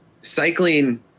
cycling